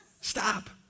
Stop